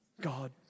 God